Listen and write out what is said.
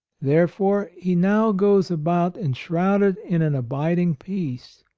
therefore he now goes about enshrouded in an abiding peace,